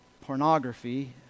pornography